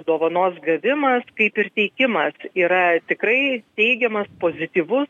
dovanos gavimas kaip ir teikimas yra tikrai teigiamas pozityvus